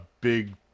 big